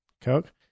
Coke